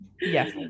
Yes